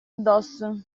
addosso